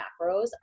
macros